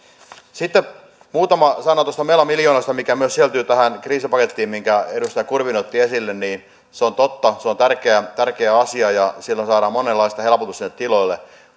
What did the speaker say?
sitten muutama sana tuosta mela miljoonasta mikä myös sisältyy tähän kriisipakettiin minkä edustaja kurvinen otti esille se on totta että se on tärkeä tärkeä asia ja sillä saadaan monenlaista helpotusta sinne tiloille